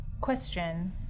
Question